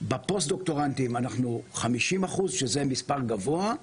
בפוסט דוקטורנטים אנחנו 50%, שזה מספר גבוה,